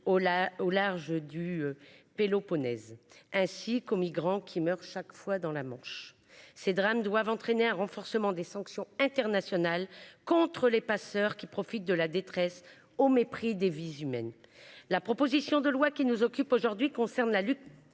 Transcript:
au large du Péloponnèse, ainsi que pour les migrants qui meurent chaque mois dans la Manche. Ces drames doivent nous conduire à renforcer les sanctions internationales contre les passeurs, qui profitent de la détresse au mépris des vies humaines. La proposition de loi qui nous est aujourd'hui soumise vise à lutter